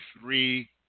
three